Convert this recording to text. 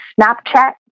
Snapchat